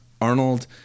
Arnold